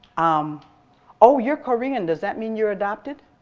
um oh, you're korean. does that mean you're adopted?